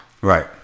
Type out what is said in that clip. Right